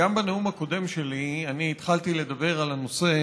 אינו נוכח,